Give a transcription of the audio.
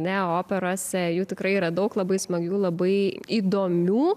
ne operose jų tikrai yra daug labai smagių labai įdomių